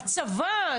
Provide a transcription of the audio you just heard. הצבא.